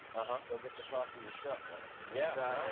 ah huh. go get the coffee yourself, buddy. yeah